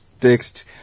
text